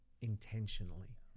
intentionally